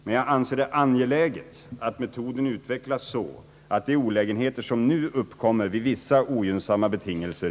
Men jag anser det angeläget att metoden utvecklas så att de olägenheter minskas som nu uppkommer vid vissa ogynnsamma betingelser.